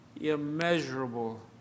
immeasurable